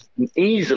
easily